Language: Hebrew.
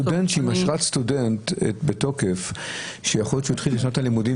סטודנט עם אשרה בתוקף שאולי התחיל את שנת הלימודים